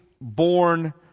born